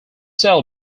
sale